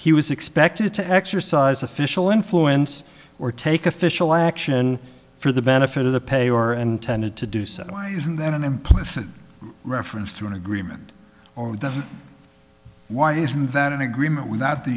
he was expected to exercise official influence or take official action for the benefit of the pay or an intended to do so why isn't there an implicit reference to an agreement or why is that an agreement without the